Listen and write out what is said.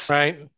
right